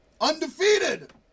undefeated